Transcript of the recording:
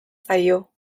zaio